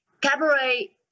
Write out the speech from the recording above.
cabaret